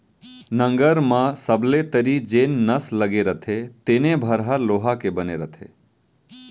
नंगर म सबले तरी जेन नस लगे रथे तेने भर ह लोहा के बने रथे